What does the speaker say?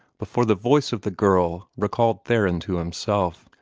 before the voice of the girl recalled theron to himself.